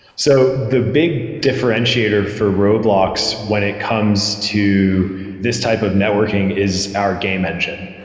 so the big differentiator for roblox when it comes to this type of networking is our game engine.